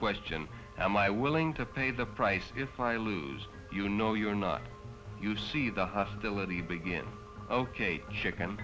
question am i willing to pay the price if i lose you know you're not you see the hostility begin ok chicken